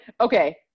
okay